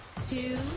Two